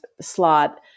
slot